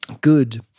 Good